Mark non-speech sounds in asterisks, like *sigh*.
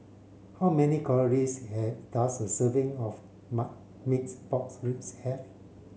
how many calories *unintelligible* does a serving of marmite pork ribs have